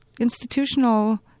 institutional